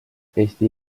eesti